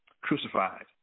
crucified